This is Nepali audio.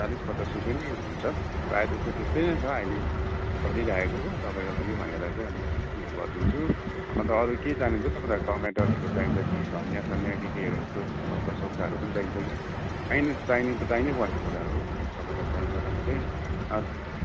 चालिस पचास रुपियाँ नै हुन्छ प्राय त त्यस्तै नै छ अहिले चलिराखेको तपाईँको लागि भनेर चाहिँ यसमा अलिकति उयो गरिदिन्छु अन्त अरू के चाहिन्छ तपाईँलाई टमटरहरू चाहिन्छ कि धनियाँ सनियाँहरू के के यस्तो लौका सौकाहरू पनि चाहिन्छ कि चाहिने त चाहिने चाहिने कुराहरू नै हो तपाईँलाई चाहिन्छ भने चाहिँ